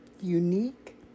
unique